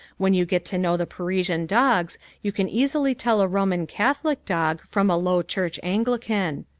when you get to know the parisian dogs, you can easily tell a roman catholic dog from a low church anglican.